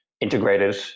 integrated